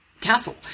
castle